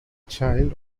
child